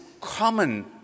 common